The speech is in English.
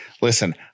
Listen